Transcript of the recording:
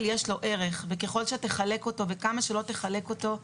יש ערך וככל שתחלק אותו וכמה שלא תחלק אותו,